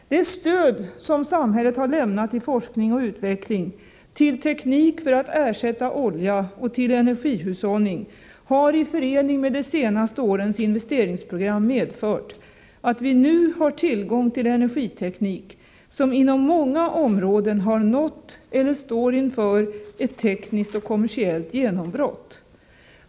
De stöd som samhället har lämnat till forskning och utveckling, till teknik för att ersätta olja och till energihushållning har i förening med de senaste årens investeringsprogram medfört att vi nu har tillgång till energiteknik som inom många områden har nått eller står inför ett tekniskt och kommersiellt genombrott.